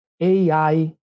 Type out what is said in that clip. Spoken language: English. AI